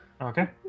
Okay